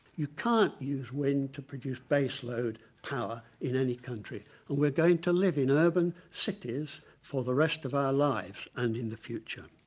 you can't use wind to produce base-load power in any country and we're going to live in urban cities for the rest of our lives and in the future.